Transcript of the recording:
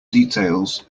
details